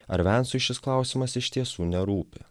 ar vansui šis klausimas iš tiesų nerūpi